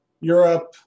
Europe